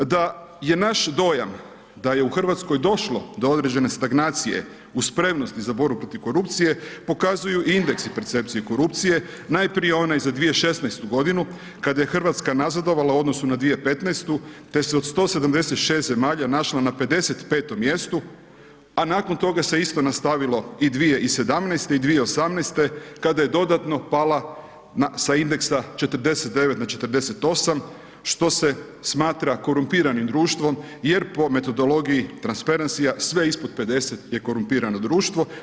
Da je naš dojam da je u Hrvatskoj došlo do određene stagnacije u spremnosti za borbu protiv korupcije pokazuju i indeksi percepcije korupcije, najprije one za 2016. godinu, kada je Hrvatska nazadovala u odnosu na 2015. te se od 176 našla na 55. mjestu, a nakon toga se isto nastavilo i 2017. i 2018. kada je dodatno pala sa indeksa 49 na 48., što se smatra korumpiranim društvom jer po metodologiji Transparency-a, sve ispod 50 je korumpirano društvo.